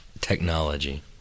Technology